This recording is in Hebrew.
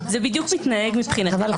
זה לא פגם בתאריך.